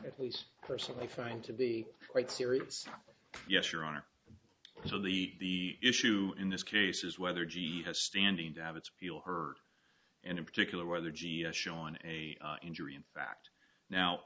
at least personally find to be quite serious yes your honor so the issue in this case is whether g has standing to have its appeal heard and in particular whether g s show on a injury in fact now